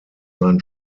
sein